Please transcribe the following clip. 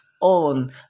on